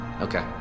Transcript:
Okay